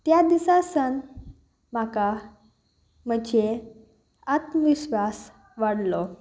त्या दिसा सावन म्हाका म्हजे आत्मविश्वास वाडलो